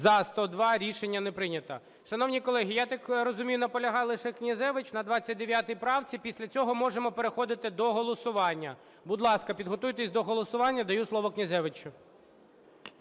За-102 Рішення не прийнято. Шановні колеги, я так розумію, наполягали ще Князевич на 29 правці, після цього можемо переходити до голосування. Будь ласка, підготуйтесь до голосування. Надаю слово Князевичу.